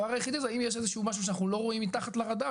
הדבר היחידי זה האם יש איזה שהוא משהו שאנחנו לא רואים מתחת לרדאר,